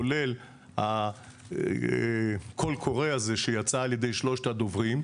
כולל הקול קורא הזה שיצא על ידי שלושת הדוברים,